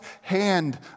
hand